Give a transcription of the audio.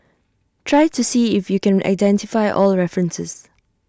try to see if you can identify all references